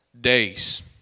days